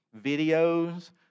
videos